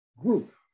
group